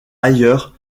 ailleurs